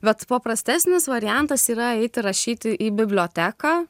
bet paprastesnis variantas yra eiti rašyti į biblioteką